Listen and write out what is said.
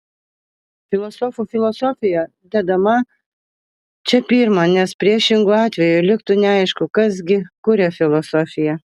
filosofų filosofija dedama čia pirma nes priešingu atveju liktų neaišku kas gi kuria filosofiją